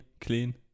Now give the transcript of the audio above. clean